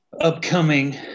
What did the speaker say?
upcoming